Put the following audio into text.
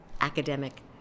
academic